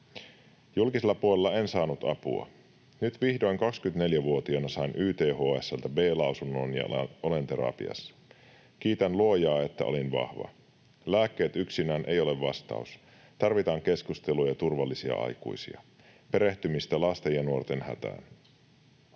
Julkisella puolella en saanut apua. Nyt vihdoin 24-vuotiaana sain YTHS:ltä B-lausunnon ja olen terapiassa. Kiitän luojaa, että olin vahva. Lääkkeet yksinään eivät ole vastaus. Tarvitaan keskustelua ja turvallisia aikuisia, perehtymistä lasten ja nuorten hätään.